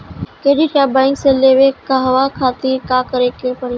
Credit card bank से लेवे कहवा खातिर का करे के पड़ी?